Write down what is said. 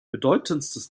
bedeutendstes